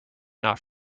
not